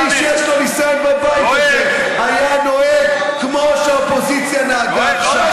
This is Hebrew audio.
כל מי שיש לו ניסיון בבית הזה היה נוהג כמו שהאופוזיציה נהגה עכשיו.